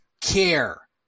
care